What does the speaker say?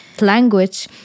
language